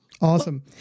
Awesome